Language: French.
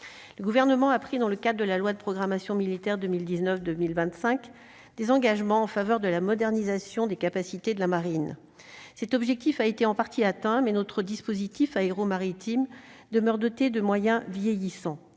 le gouvernement a pris dans le cas de la loi de programmation militaire 2019, 2025, des engagements en faveur de la modernisation des capacités de la marine, cet objectif a été en partie atteint, mais notre dispositif aéro-maritime demeure dotée de moyens vieillissant,